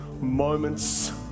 moments